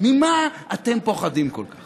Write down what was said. ממה אתם פוחדים כל כך?